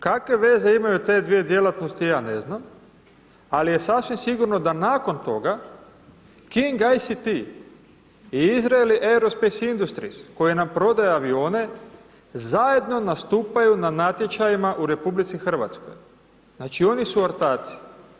Kakve veze imaju te dvije djelatnosti, ja ne znam, ali je sasvim sigurno da nakon toga King ICT i Israel Aerospace Industries koji nam prodaje avione, zajedno nastupaju na natječajima u RH, znači oni su ortaci.